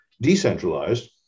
decentralized